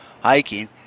hiking